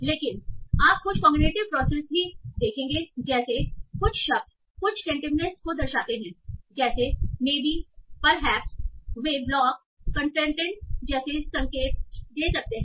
लेकिन आप कुछ कॉग्निटिव प्रोसेसेस को भी देखेंगे जैसे कुछ शब्द कुछ टेंटेटिवनेस को दर्शाते हैं जैसे मेंबी परहैप्स वे ब्लॉक कंस्ट्रेंट जैसे संकेत दे सकते हैं